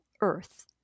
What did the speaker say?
earth